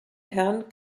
herrn